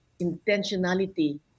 intentionality